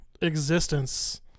existence